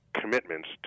commitments